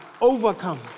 overcome